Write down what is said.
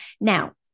Now